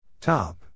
Top